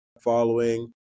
following